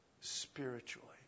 spiritually